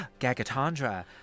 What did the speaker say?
gagatandra